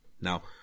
Now